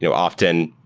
you know often,